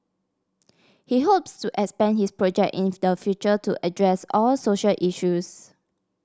he hopes to expand his project in the future to address all social issues